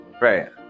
Right